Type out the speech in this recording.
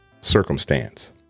circumstance